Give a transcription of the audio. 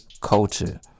culture